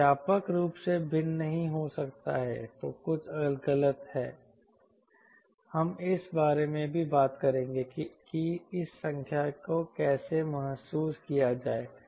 यह व्यापक रूप से भिन्न नहीं हो सकता है तो कुछ गलत है हम इस बारे में भी बात करेंगे कि इस संख्या को कैसे महसूस किया जाए